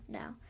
now